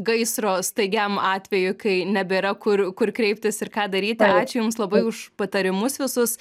gaisro staigiam atvejui kai nebėra kur kur kreiptis ir ką daryti ačiū jums labai už patarimus visus